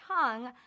tongue